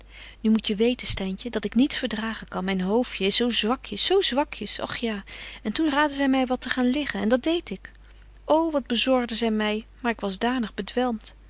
nu moet je weten styntje dat ik niets verdragen kan myn hoofdje is zo zwakjes zo zwakjes och ja en toen raadden zy my wat te gaan liggen en dat deed ik ô wat bezorgden zy my maar ik was danig bedwelmt